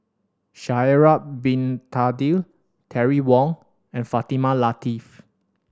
Sha'ari Bin Tadin Terry Wong and Fatimah Lateef